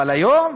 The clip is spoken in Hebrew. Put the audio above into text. אבל היום,